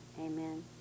amen